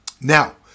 Now